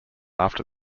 after